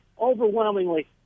overwhelmingly